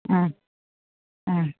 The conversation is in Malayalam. അ ആ